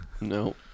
No